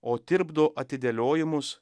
o tirpdo atidėliojimus